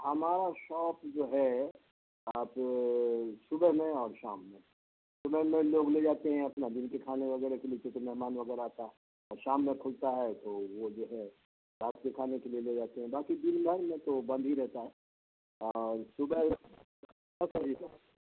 ہمارا شاپ جو ہے آپ صبح میں اور شام میں صبح میں لوگ لے جاتے ہیں اپنا دن کے کھانے وغیرہ کے لیے چونکہ مہمان وغیرہ آتا ہے اور شام میں کھلتا ہے تو وہ جو ہے رات کے کھانے کے لیے لے جاتے ہیں باقی دن بھر میں تو بند ہی رہتا ہے اور صبح